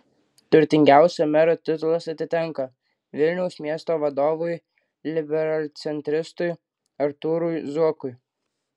turtingiausio mero titulas atitenka vilniaus miesto vadovui liberalcentristui artūrui zuokui